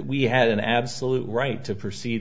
we had an absolute right to proceed